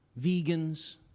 Vegans